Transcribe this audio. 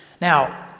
Now